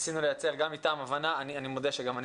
ניסינו לייצר גם אתם הבנה ואני מודה שגם אני